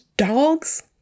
Dogs